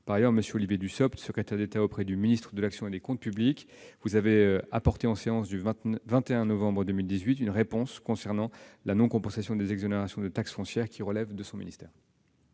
Par ailleurs, M. Olivier Dussopt, secrétaire d'État auprès du ministre de l'action et des comptes publics, avait apporté, lors de la séance du 20 novembre 2018, une réponse à votre question relative à la non-compensation des exonérations de taxes foncières, qui relève de son ministère.